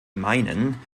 meinen